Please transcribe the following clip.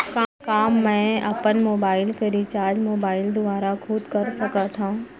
का मैं अपन मोबाइल के रिचार्ज मोबाइल दुवारा खुद कर सकत हव?